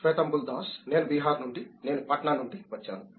శేతంబుల్ దాస్ నేను బీహార్ నుండి నేను పాట్నా నుండి వచ్చాను